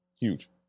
Huge